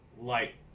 light